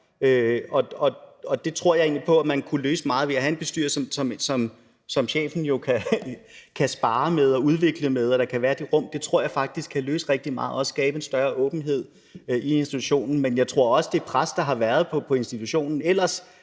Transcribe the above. problem tror jeg egentlig på at man i høj grad kunne løse ved at have en bestyrelse, som chefen jo kunne sparre med og udvikle sammen med. At der er det rum, tror jeg faktisk kan løse rigtig meget og også skabe en større åbenhed i institutionen. Men jeg tror også, at det pres, der har været på institutionen